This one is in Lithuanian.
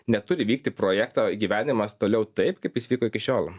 neturi vykti projekto įgyvenimas toliau taip kaip jis vyko iki šiol